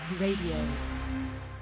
Radio